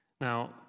now